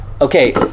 Okay